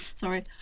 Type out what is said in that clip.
Sorry